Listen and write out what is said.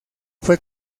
fue